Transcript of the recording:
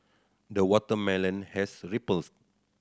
the watermelon has